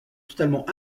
totalement